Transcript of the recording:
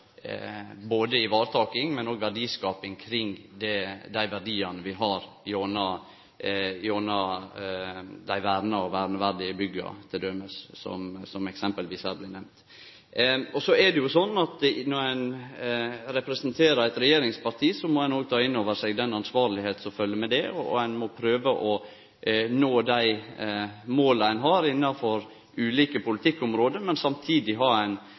både varetaking og verdiskaping kring dei verdiane vi har gjennom dei verna og verneverdige bygga t.d., som blei nemnde her. Så er det jo slik at når ein representerer eit regjeringsparti, må ein òg ta inn over seg det ansvaret som følgjer med det, og ein må prøve å nå dei måla ein har innafor ulike politikkområde, men samtidig